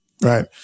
Right